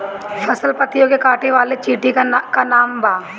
फसल पतियो के काटे वाले चिटि के का नाव बा?